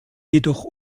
jedoch